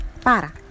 Para